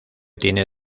tiene